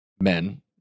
men